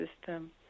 system